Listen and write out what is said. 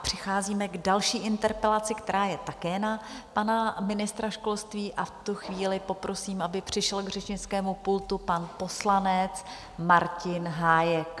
Přicházíme k další interpelaci, která je také na pana ministra školství, a v tu chvíli poprosím, aby přišel k řečnickému pultu pan poslanec Martin Hájek.